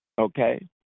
Okay